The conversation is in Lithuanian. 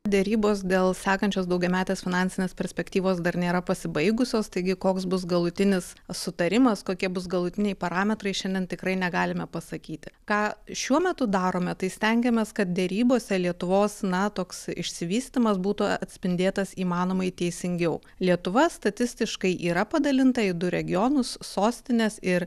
derybos dėl sekančios daugiametės finansinės perspektyvos dar nėra pasibaigusios taigi koks bus galutinis sutarimas kokie bus galutiniai parametrai šiandien tikrai negalime pasakyti ką šiuo metu darome tai stengiamės kad derybose lietuvos na toks išsivystymas būtų atspindėtas įmanomai teisingiau lietuva statistiškai yra padalinta į du regionus sostinės ir